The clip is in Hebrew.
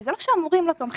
וזה לא שהמורים לא תומכים,